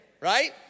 right